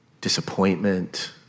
disappointment